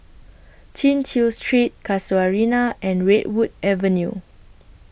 Chin Chew Street Casuarina and Redwood Avenue